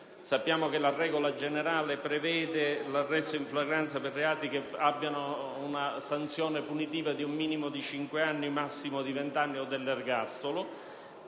Sappiamo che la regola generale prevede l'arresto in flagranza per reati che prevedano una sanzione punitiva di un minimo di cinque anni e di un massimo di 20 anni o dell'ergastolo.